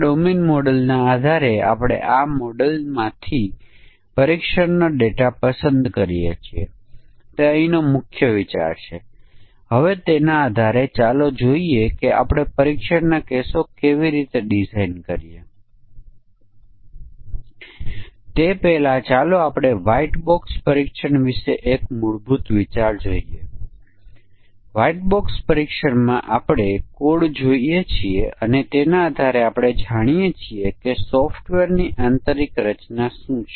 મજબૂત સમકક્ષ વર્ગના પરીક્ષણમાં આપણે બે પરિમાણોના બધા સંભવિત સંયોજનો ધ્યાનમાં લઈએ છીએ જે તે શાળા 5 થી 3૦ શાળા 30થી વધુ UG 30થી વધુ UG 5 થી 3૦ PG 5 થી 3૦ PG 30 થી વધુ અને આ રીતે છે